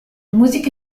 musiche